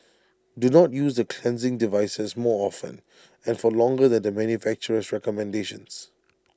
do not use the cleansing devices more often and for longer than the manufacturer's recommendations